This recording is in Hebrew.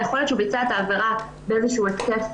יכול להיות שהוא ביצע את העבירה באיזשהו התקף